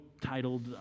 titled